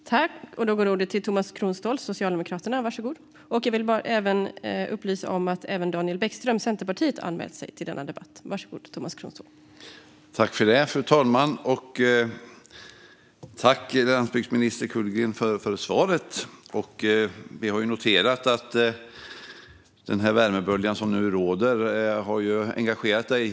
Då interpellanten anmält att hon var förhindrad att närvara vid sammanträdet medgav andre vice talmannen att Tomas Kronståhl i stället fick delta i debatten.